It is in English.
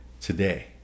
today